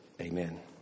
Amen